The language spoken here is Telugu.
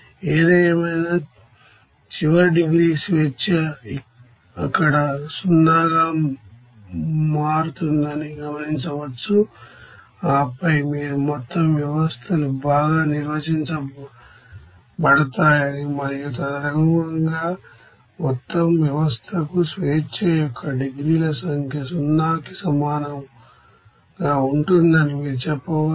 ఏదేమైనా చివరి డిగ్రీస్ అఫ్ ఫ్రీడమ్ అక్కడ 0 గా మారుతుందని గమనించవచ్చు ఆపై మీరు మొత్తం వ్యవస్థలు బాగా నిర్వచించబడతాయని మరియు తదనుగుణంగా మొత్తం వ్యవస్థకు స్వేచ్ఛ యొక్క డిగ్రీల సంఖ్య 0 కి సమానంగా ఉంటుందని మీరు చెప్పవచ్చు